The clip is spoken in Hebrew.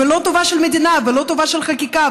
ולא טובת המדינה ולא טובת החקיקה,